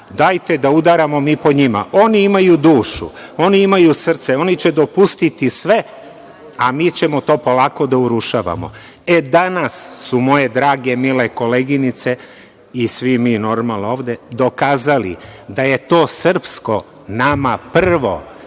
dajte da udaramo mi po njima, oni imaju dušu, oni imaju srce, oni će dopustiti sve, a mi ćemo to polako da urušavamo. Danas su moje drage, mile koleginice i svi mi ovde, dokazali da je to srpsko nama prvo